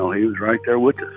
he was right there with us